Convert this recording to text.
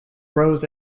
grows